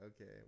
Okay